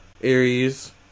Aries